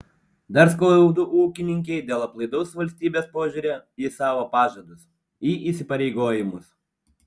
dar skaudu ūkininkei dėl aplaidaus valstybės požiūrio į savo pažadus į įsipareigojimus